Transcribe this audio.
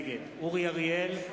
נגד אורי אריאל,